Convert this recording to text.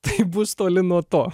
tai bus toli nuo to